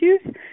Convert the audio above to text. issues